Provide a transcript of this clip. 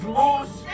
lost